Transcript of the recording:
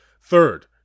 Third